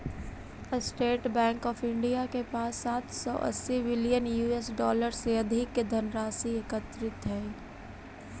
state bank of India के पास सात सौ अस्सी बिलियन यूएस डॉलर से अधिक के धनराशि एकत्रित हइ